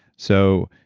so,